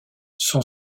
son